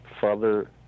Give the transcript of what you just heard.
Father